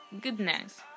goodness